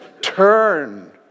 Turn